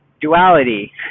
duality